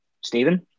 Stephen